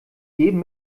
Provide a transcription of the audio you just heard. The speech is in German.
jedem